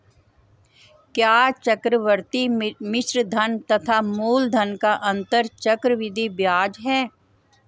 क्या चक्रवर्ती मिश्रधन तथा मूलधन का अंतर चक्रवृद्धि ब्याज है?